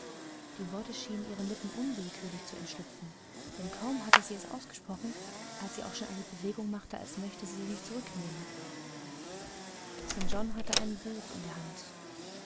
die worte schienen ihren lippen unwillkürlich zu entschlüpfen denn kaum hatte sie sie ausgesprochen als sie auch schon eine bewegung machte als möchte sie sie zurücknehmen st john hatte ein buch in der hand